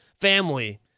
family